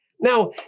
Now